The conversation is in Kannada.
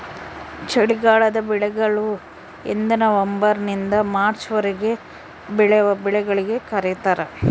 ಚಳಿಗಾಲದ ಬೆಳೆಗಳು ಎಂದನವಂಬರ್ ನಿಂದ ಮಾರ್ಚ್ ವರೆಗೆ ಬೆಳೆವ ಬೆಳೆಗಳಿಗೆ ಕರೀತಾರ